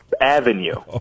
Avenue